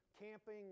camping